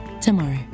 tomorrow